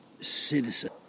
citizen